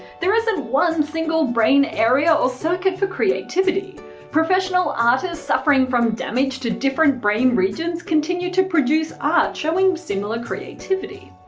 there isn't one single brain area or circuit for creativity professional artists suffering from damage to different brain regions continue to produce art showing similar creativity.